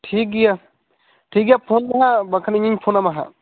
ᱴᱷᱤᱠ ᱜᱮᱭᱟ ᱴᱷᱤᱠ ᱜᱮᱭᱟ ᱯᱷᱳᱱ ᱢᱮ ᱦᱟᱜ ᱵᱟᱠᱷᱟᱱ ᱤᱧᱤᱧ ᱯᱷᱳᱱ ᱟᱢᱟ ᱦᱟᱜ